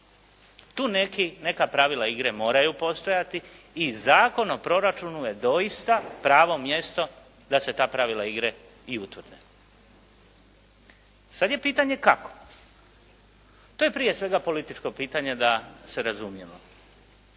neka pravila igre moraju postojati i Zakon o proračunu je doista pravo mjesto da se ta pravila igre i utvrde. Sada je pitanje kako. To je prije svega političko pitanje da se razumijemo.